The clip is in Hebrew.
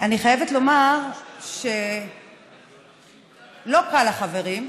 אני חייבת לומר שלא קל לחברים,